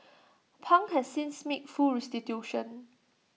pang has since made full restitution